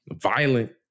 violent